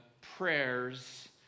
prayers